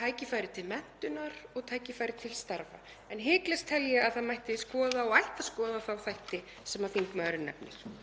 tækifæri til menntunar og tækifæri til starfa. En hiklaust tel ég að það mætti skoða og ætti að skoða þá þætti sem þingmaðurinn nefnir.